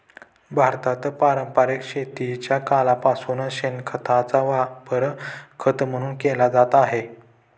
भारतात पारंपरिक शेतीच्या काळापासून शेणखताचा वापर खत म्हणून केला जात आहे